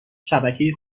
شبکه